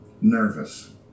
nervous